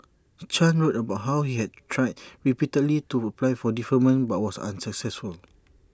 chan wrote about how he had tried repeatedly to apply for deferment but was unsuccessful